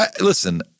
Listen